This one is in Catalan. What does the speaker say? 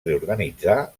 reorganitzar